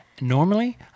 Normally